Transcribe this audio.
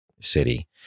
city